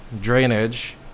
drainage